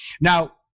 Now